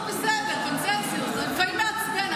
אמרתי שאתה בסדר --- אתה לפעמים מעצבן,